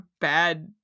bad